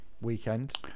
weekend